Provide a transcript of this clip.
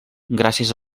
gràcies